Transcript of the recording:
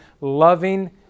loving